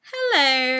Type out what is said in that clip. Hello